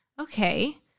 Okay